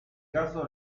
caso